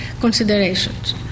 considerations